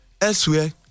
Elsewhere